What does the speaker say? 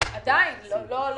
עדיין זה לא הגיוני.